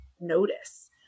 Notice